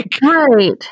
right